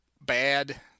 bad